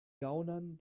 gaunern